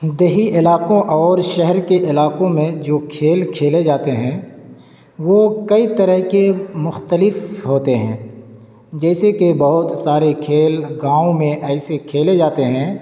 دیہی علاقوں اور شہر کے علاقوں میں جو کھیل کھیلے جاتے ہیں وہ کئی طرح کے مختلف ہوتے ہیں جیسے کہ بہت سارے کھیل گاؤں میں ایسے کھیلے جاتے ہیں